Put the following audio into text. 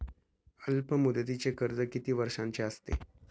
अल्पमुदतीचे कर्ज किती वर्षांचे असते?